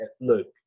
Look